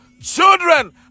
Children